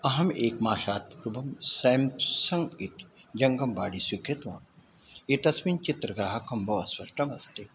अहम् एकमासात् पूर्वं स्याम्सङ्ग् इति जङ्गमवाणीं स्वीकृतवान् एतस्मिन् चित्रग्राहकं बहु स्पष्टमस्ति